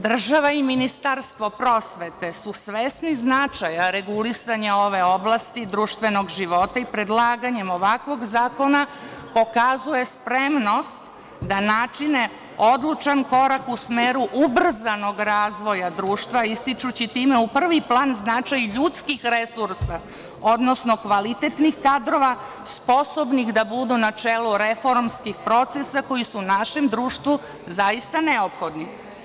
Država i Ministarstvo prosvete su svesni značaj regulisanja ove oblasti društvenog života i predlaganjem ovakvog zakona pokazuje spremnost da načine odlučan korak u smeru ubrzanog razvoja društva, ističući time u prvi plan značaj ljudskih resursa, odnosno kvalitetnih kadrova, sposobnih da budu na čelo reformskih procesa koji su našem društvu zaista neophodni.